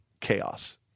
chaos